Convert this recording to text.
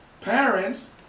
parents